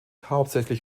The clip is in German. hauptsächlich